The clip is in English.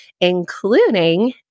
including